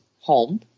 home